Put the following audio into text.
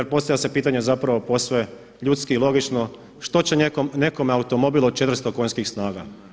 I postavlja se pitanje zapravo posve ljudski i logično što će nekome automobil od 400 konjskih snaga.